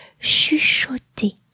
Chuchoter